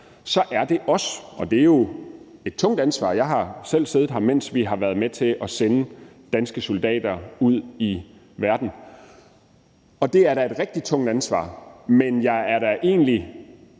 spørger, så er det jo et tungt ansvar. Jeg har selv siddet her, mens vi har været med til at sende danske soldater ud i verden; det er da et rigtig tungt ansvar. Men jeg er egentlig